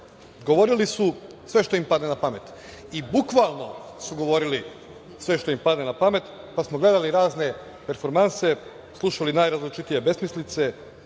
Govorili su sve što im padne na pamet, i bukvalno sve što im padne na pamet, pa smo gledali razne performanse, slušali razne besmislice,